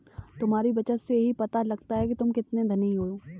तुम्हारी बचत से ही पता लगता है तुम कितने धनी हो